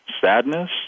sadness